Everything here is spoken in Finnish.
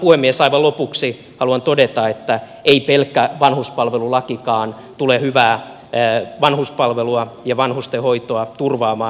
aivan lopuksi haluan todeta että ei pelkkä vanhuspalvelulakikaan tule hyvää vanhuspalvelua ja vanhustenhoitoa turvaamaan